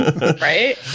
Right